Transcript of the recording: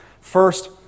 First